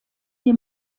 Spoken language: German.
die